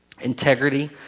Integrity